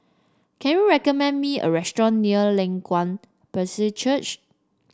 can you recommend me a restaurant near Leng Kwang Baptist Church